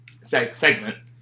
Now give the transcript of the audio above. segment